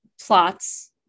plots